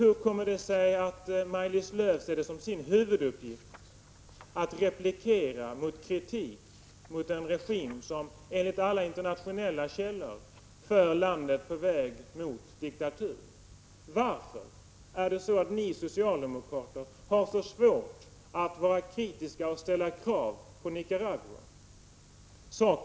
Hur kommer det sig att hon ser det som sin huvuduppgift att replikera mot kritik av en regim som enligt alla internationella källor för landet på väg mot diktatur? Varför har ni socialdemokrater så svårt att vara kritiska och ställa krav på Nicaragua?